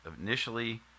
initially